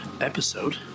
episode